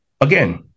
Again